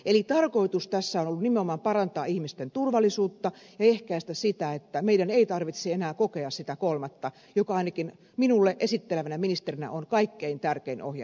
eli tarkoitus tässä on ollut nimenomaan parantaa ihmisten turvallisuutta ja ehkäistä siten että meidän ei tarvitsisi enää kokea sitä kolmatta mikä ainakin minulle esittelevänä ministerinä on kaikkein tärkein ohjenuora